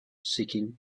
seeking